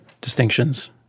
distinctions